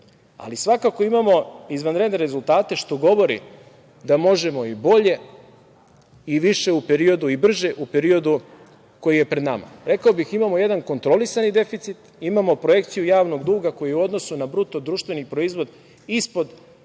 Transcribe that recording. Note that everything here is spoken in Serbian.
Ali svakako imamo izvanredne rezultate, što govori da možemo i bolje i više i brže u periodu koji je pred nama. Rekao bih, imamo jedan kontrolisani deficit, imamo projekciju javnog duga koji je u odnosu na bruto društveni proizvod ispod 60%.